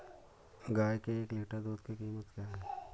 गाय के एक लीटर दूध की कीमत क्या है?